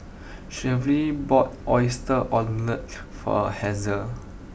Shelvie bought Oyster Omelette for Hazel